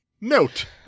Note